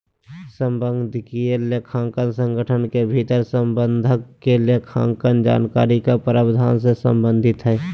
प्रबंधकीय लेखांकन संगठन के भीतर प्रबंधक के लेखांकन जानकारी के प्रावधान से संबंधित हइ